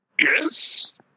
Yes